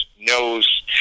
knows